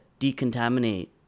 decontaminate